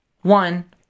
one